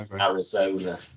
Arizona